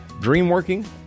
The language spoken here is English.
Dreamworking